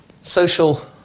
Social